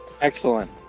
Excellent